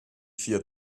vier